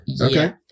Okay